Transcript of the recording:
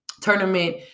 tournament